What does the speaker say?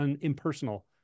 impersonal